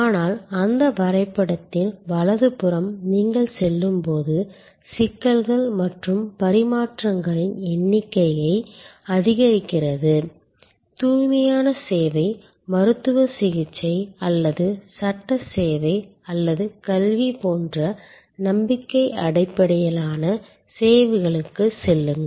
ஆனால் அந்த வரைபடத்தின் வலதுபுறம் நீங்கள் செல்லும்போது சிக்கல்கள் மற்றும் பரிமாற்றங்களின் எண்ணிக்கை அதிகரிக்கிறது தூய்மையான சேவைகள் மருத்துவ சிகிச்சை அல்லது சட்ட சேவை அல்லது கல்வி போன்ற நம்பிக்கை அடிப்படையிலான சேவைகளுக்குச் செல்லுங்கள்